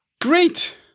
Great